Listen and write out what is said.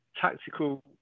tactical